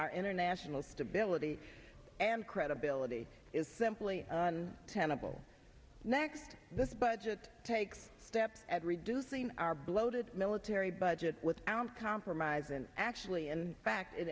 our international stability and credibility is simply on tenable next this budget takes steps at reducing our bloated military budget without compromise and actually in fact it